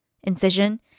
incision